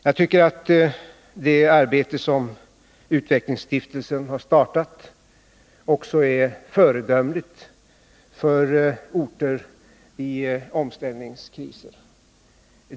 Jag tycker att det arbete som utvecklingsstiftelsen har startat också är föredömligt för orter med omställningskriser.